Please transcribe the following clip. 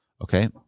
Okay